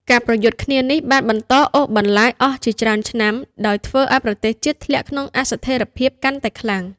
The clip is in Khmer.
ការប្រយុទ្ធគ្នានេះបានបន្តអូសបន្លាយអស់ជាច្រើនឆ្នាំ ដោយធ្វើឱ្យប្រទេសជាតិធ្លាក់ក្នុងអស្ថិរភាពកាន់តែខ្លាំង។